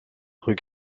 rue